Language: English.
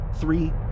Three